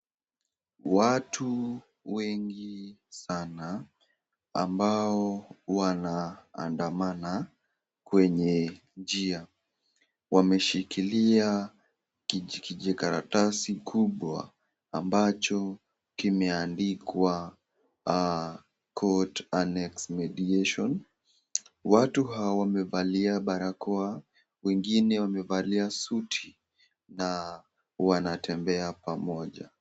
watu wengi sana ambao wanandamana kwenye njia wameshilia kijikaratasi kubwa ambacho kimeandikwa [sc]court anex mediation . Watu hao wamevalia barakoa, wengine wamevalia suti na wanatembea pamoja